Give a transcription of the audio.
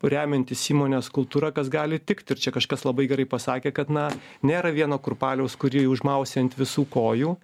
remiantis įmonės kultūra kas gali tikti ir čia kažkas labai gerai pasakė kad na nėra vieno kurpaliaus kurį užmausi ant visų kojų